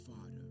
Father